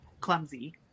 clumsy